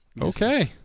Okay